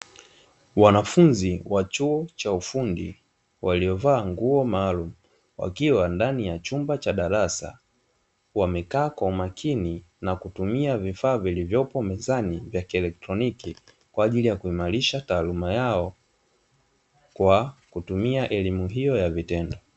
Wanafunzi wa chuo cha ufundi waliovaa nguo maalumu; wakiwa ndani ya chumba cha darasa wamekaa kwa umakini na kutumia vifaa vilivyomo mezani vya kieletroniki, kwa ajili ya kuimarisha taaluma yao kwa kutumia elimu hiyo ya vitendo.